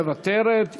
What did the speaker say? מוותרת,